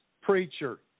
preacher